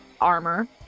armor